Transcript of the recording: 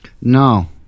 no